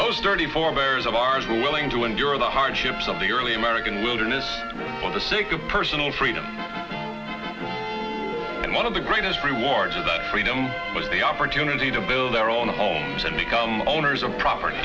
forebears of ours were willing to endure the hardships of the early american wilderness for the sake of personal freedom and one of the greatest rewards of that freedom was the opportunity to build their own homes and become owners of property